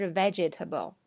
vegetable